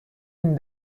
نمی